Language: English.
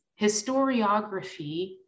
historiography